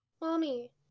Mommy